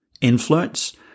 influence